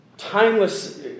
Timeless